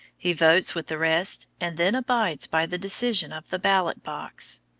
he votes with the rest, and then abides by the decision of the ballot-box.